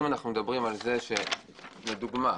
לדוגמה,